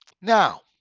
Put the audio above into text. Now